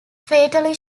fatally